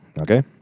okay